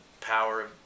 power